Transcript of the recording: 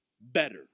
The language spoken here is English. Better